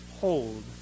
hold